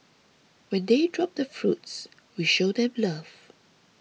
when they drop the fruits we show them love